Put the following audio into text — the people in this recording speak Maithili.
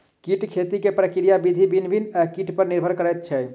कीट खेती के प्रक्रिया विधि भिन्न भिन्न कीट पर निर्भर करैत छै